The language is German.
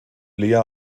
lea